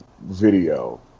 video